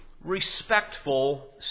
respectful